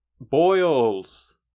boils